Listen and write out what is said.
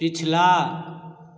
पिछला